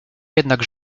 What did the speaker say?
jednak